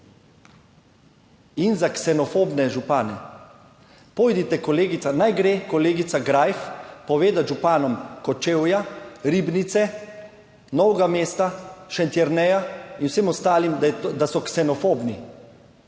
in za ksenofobne župane. Pojdite, kolegica Greif, in povejte županom Kočevja, Ribnice, Novega mesta, Šentjerneja in vsem ostalim, da so ksenofobni.